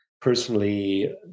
personally